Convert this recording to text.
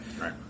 Right